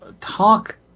...talk